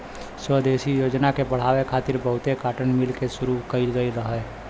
स्वदेशी योजना के बढ़ावे खातिर बहुते काटन मिल के शुरू कइल गइल रहे